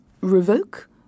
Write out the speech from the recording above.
revoke